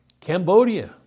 Cambodia